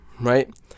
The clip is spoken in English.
right